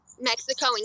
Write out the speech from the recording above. Mexico